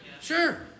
Sure